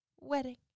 wedding